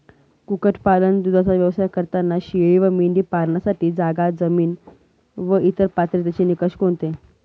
कुक्कुटपालन, दूधाचा व्यवसाय करताना शेळी व मेंढी पालनासाठी जागा, जमीन व इतर पात्रतेचे निकष कोणते?